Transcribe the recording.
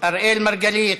אראל מרגלית,